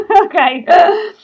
Okay